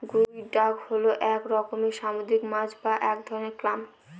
গুই ডাক হল এক রকমের সামুদ্রিক মাছ বা এক ধরনের ক্ল্যাম